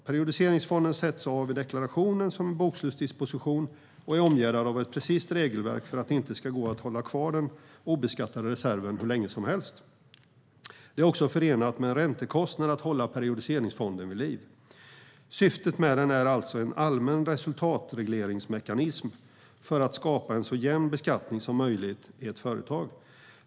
Periodiseringsfonden sätts av i deklarationen som en bokslutsdisposition och är omgärdad av ett precist regelverk för att det inte ska gå att hålla kvar den obeskattade reserven hur länge som helst. Det är också förenat med en räntekostnad att hålla en periodiseringsfond vid liv. Syftet med den är alltså en allmän resultatregleringsmekanism för att skapa en så jämn beskattning som möjligt i ett företag.